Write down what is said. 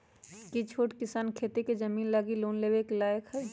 कि छोट किसान खेती के जमीन लागी लोन लेवे के लायक हई?